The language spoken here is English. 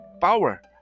power